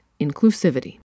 inclusivity